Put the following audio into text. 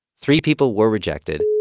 three people were rejected